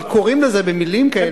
אבל קוראים לזה במלים כאלה,